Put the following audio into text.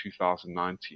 2019